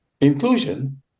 Inclusion